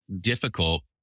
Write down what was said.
difficult